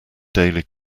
daily